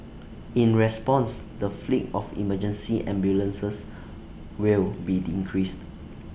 in response the fleet of emergency ambulances will be increased